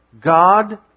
God